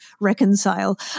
reconcile